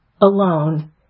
alone